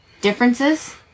Differences